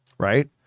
right